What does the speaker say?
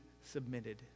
submitted